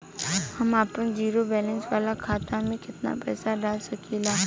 हम आपन zero balance वाला खाता मे केतना पईसा डाल सकेला?